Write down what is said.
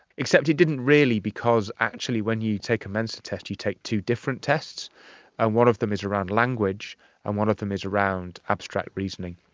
except it didn't really because actually when you take a mensa test you take two different tests and one of them is around language and one of them is around abstract reasoning,